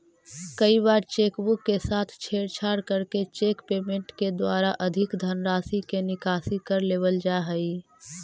कई बार cheque book के साथ छेड़छाड़ करके चेक पेमेंट के द्वारा अधिक धनराशि के निकासी कर लेवल जा हइ